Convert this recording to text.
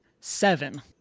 Seven